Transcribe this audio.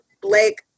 Blake